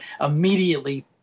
immediately